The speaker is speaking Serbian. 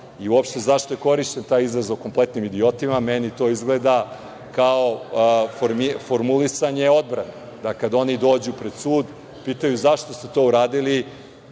I uopšte zašto je korišćen taj izraz o kompletnim idiotima, meni to izgleda kao formulisanje odbrane, da kada oni dođu pred sudu pitaju zašto ste to uradili,